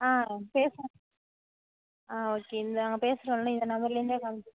ஆ பேசு ஆ ஓகே நாங்கள் பேசுறோம்ல்ல இந்த நம்பர்லந்தே கால்